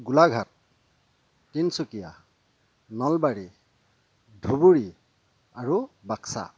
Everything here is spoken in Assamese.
গোলাঘাট তিনিচুকীয়া নলবাৰী ধুবুৰী আৰু বাক্সা